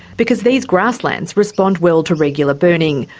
because these grasslands respond well to regular burning,